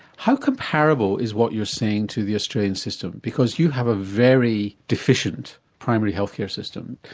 how comparable is what you're saying to the australian system because you have a very deficient primary health care system,